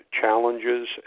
challenges